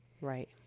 Right